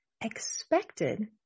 expected